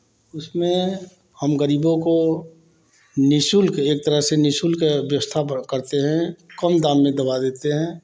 उसमें हम गरीबों को नि शुल्क एक तरह से नि शुल्क व्यवस्था अपन करते हैं कम दाम में दवा देते हैं